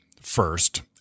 first